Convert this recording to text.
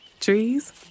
Trees